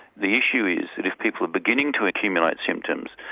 the issue is that if people are beginning to accumulate symptoms,